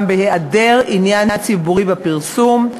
גם בהיעדר עניין ציבורי בפרסום,